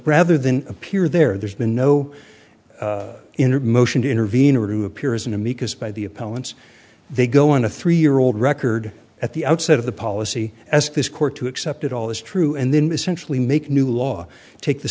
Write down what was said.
rather than appear there there's been no inner motion to intervene or to appear as an amicus by the appellants they go on a three year old record at the outset of the policy as this court to accept it all is true and then essentially make new law take the